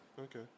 okay